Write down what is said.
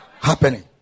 happening